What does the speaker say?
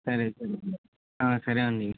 సరే సరే సరే అండి